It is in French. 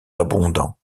abondant